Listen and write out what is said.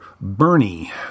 Bernie